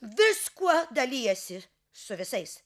viskuo dalijasi su visais